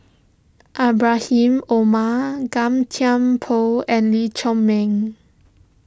Ibrahim Omar Gan Thiam Poh and Lee Chiaw Meng